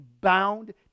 bound